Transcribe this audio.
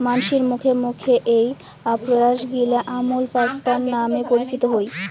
মানসির মুখে মুখে এ্যাই প্রয়াসগিলা আমুল প্যাটার্ন নামে পরিচিত হই